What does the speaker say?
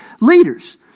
leaders